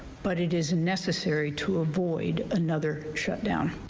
but it is necessary to avoid another shutdown.